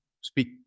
Speak